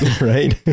Right